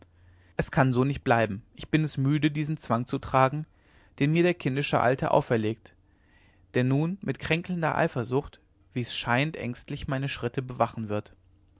es kann so nicht bleiben ich bin es müde diesen zwang zu tragen den mir der kindische alte auferlegt der nun mit kränkelnder eifersucht wie es scheint ängstlich meine schritte bewachen wird